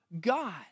God